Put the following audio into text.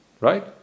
Right